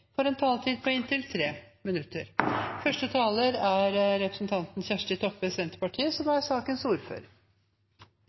får en taletid på inntil 3 minutter. Det er